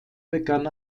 begann